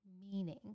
meaning